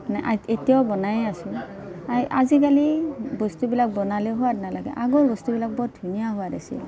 মানে এতিয়াও বনায়ে আছোঁ আই আজিকালি বস্তুবিলাক বনালে সোৱাদ নালাগে আগৰ বস্তুবিলাক বহুত ধুনীয়া সোৱাদ আছিল